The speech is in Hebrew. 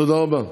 תודה רבה.